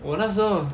我那时候